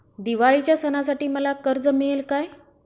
दिवाळीच्या सणासाठी मला कर्ज मिळेल काय?